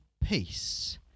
peace